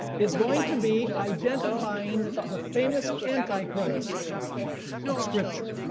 is going to be identifying the famous antichrist of scripture.